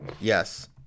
Yes